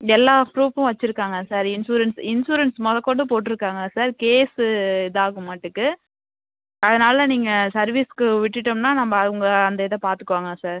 எல்லா ப்ரூஃப்பும் வச்சிருக்காங்க சார் இன்சூரன்ஸ் இன்சூரன்ஸ் மொதல கொண்டு போட்டிருக்காங்க சார் கேஸ் இதாக மாட்டுக்கு அதனால் நீங்கள் சர்வீஸ்க்கு விட்டுட்டோம்னால் நம்ம அவங்க அந்த இதை பார்த்துக்குவாங்க சார்